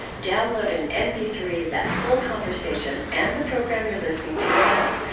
download an m p three of that full conversation and the program you're listening to now.